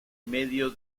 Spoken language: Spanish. medio